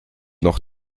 noch